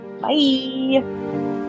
Bye